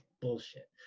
bullshit